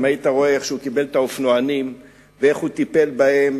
אם היית רואה איך הוא קיבל את האופנוענים ואיך הוא טיפל בהם,